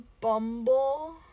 Bumble